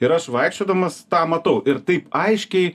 ir aš vaikščiodamas tą matau ir taip aiškiai